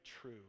true